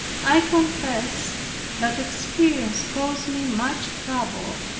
i confess that inexperience caused me much trouble.